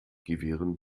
gewähren